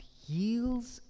heals